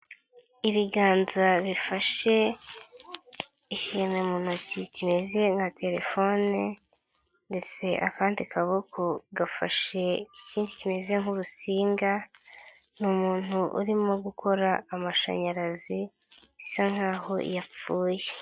Ibiganza bifashe ikintu mu ntoki kimeze nka telefone ndetse akandi kaboko gafashe ikindi kimeze nk'urusinga. Ni umuntu urimo gukora amashanyarazi bisa nkaho yapfuye.